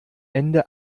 ende